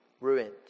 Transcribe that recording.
ruined